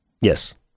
Yes